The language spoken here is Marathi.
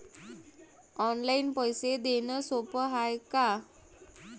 ऑनलाईन पैसे देण सोप हाय का?